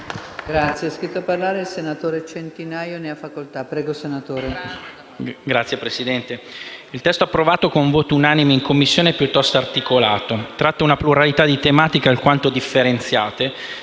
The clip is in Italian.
il testo approvato con voto unanime in Commissione è piuttosto articolato e tratta una pluralità di tematiche alquanto differenziate.